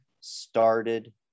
started